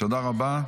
תודה רבה.